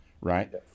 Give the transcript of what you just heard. right